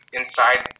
inside